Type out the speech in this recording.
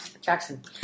Jackson